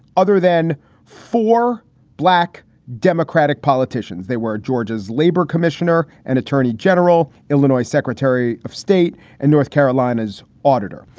other than for black democratic politicians. they were georgia's labor commissioner and attorney general. illinois secretary of state and north carolina's auditor.